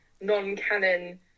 non-canon